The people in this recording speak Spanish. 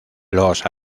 los